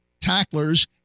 tacklers